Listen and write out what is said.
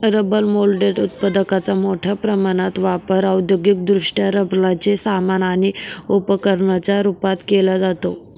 rubber moulded उत्पादकांचा मोठ्या प्रमाणात वापर औद्योगिकदृष्ट्या रबराचे सामान आणि उपकरणांच्या रूपात केला जातो